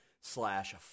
slash